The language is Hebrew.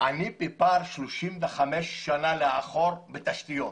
אני בפער של 35 שנים לאחור בתשתיות.